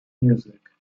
music